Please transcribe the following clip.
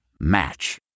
Match